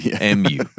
M-U